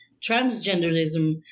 transgenderism